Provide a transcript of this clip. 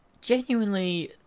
Genuinely